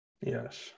Yes